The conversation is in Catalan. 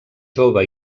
jove